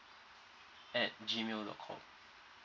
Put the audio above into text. at G mail dot com